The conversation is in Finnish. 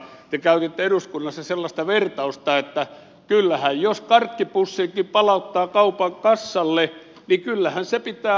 te käytitte eduskunnassa sellaista vertausta että jos karkkipussinkin palauttaa kaupan kassalle niin kyllähän se pitää antaa anteeksi